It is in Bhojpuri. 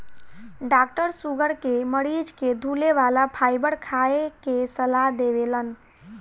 डाक्टर शुगर के मरीज के धुले वाला फाइबर खाए के सलाह देवेलन